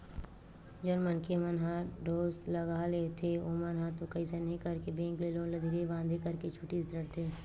जउन मनखे मन ह ठोसलगहा होथे ओमन ह तो कइसनो करके बेंक के लोन ल धीरे बांधे करके छूटीच डरथे